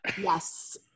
Yes